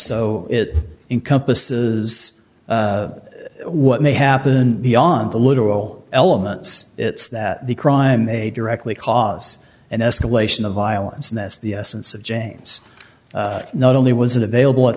so it encompasses what may happen beyond the literal elements it's that the crime a directly cause an escalation of violence and that's the essence of james not only was it available at